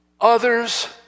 others